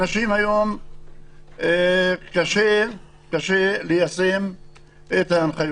לאנשים היום קשה ליישם את ההנחיות.